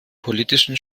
politischen